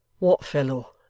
what fellow!